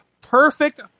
Perfect